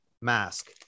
mask